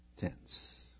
tense